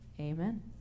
Amen